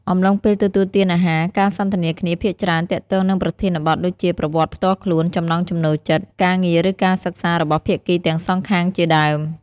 អំទ្បុងពេលទទួលទានអាហារការសន្ទនាគ្នាភាគច្រើទាក់ទងនឹងប្រធានបទដូចជា ប្រវត្តិផ្ទាល់ខ្លួន ចំណង់ចំណូលចិត្ត ការងារឬការសិក្សារបស់ភាគីទាំងសងខាងជាដើម។